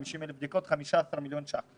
50,000 בדיקות זה 15 מיליון ש"ח.